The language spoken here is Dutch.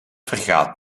vergaat